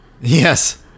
Yes